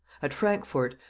at frankfort,